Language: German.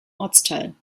ortsteil